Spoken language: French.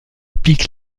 pique